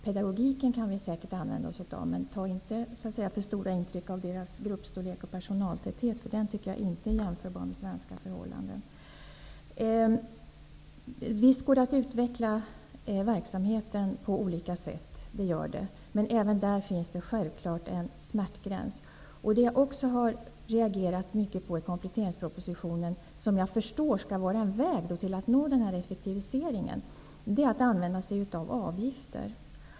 Pedagogiken kan vi säkert använda oss av. Men ta inte för mycket intryck av Regumilias gruppstorlek och personaltäthet som inte är jämförbara med svenska förhållanden. Ja, visst går det att utveckla verksamheten på olika sätt. Men även i det avseendet finns det självfallet en smärtgräns. En annan sak i kompletteringspropositionen som jag har reagerat mycket på -- jag förstår att det är en väg när det gäller att uppnå den här effektiviseringen -- är detta med att använda sig av avgifter.